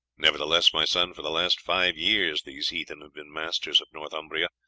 nevertheless, my son, for the last five years these heathen have been masters of northumbria,